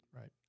right